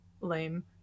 lame